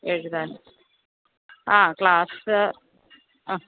എഴുതാൻ ആ ക്ലാസ്സ് അ